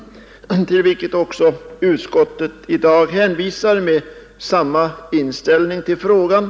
Utskottet hänvisar i dag till detta och redovisar samma inställning som då i frågan.